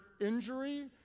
injury